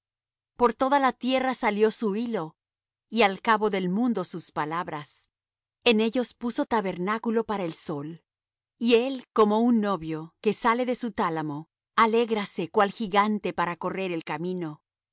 por toda la tierra salió su hilo y al cabo del mundo sus palabras en ellos puso tabernáculo para el sol y él como un novio que sale de su tálamo alégrase cual gigante para correr el camino